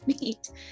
meet